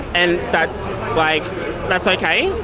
and that's like that's okay.